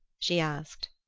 she asked.